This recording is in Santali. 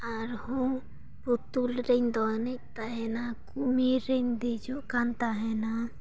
ᱟᱨᱦᱚᱸ ᱯᱩᱛᱩᱞ ᱨᱮᱧ ᱫᱚᱱᱮᱫ ᱛᱟᱦᱮᱱᱟ ᱠᱩᱢᱤᱨ ᱨᱮᱧ ᱫᱮᱡᱚᱜ ᱠᱟᱱ ᱛᱟᱦᱮᱱᱟ